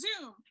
Zoom